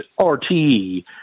RTE